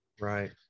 right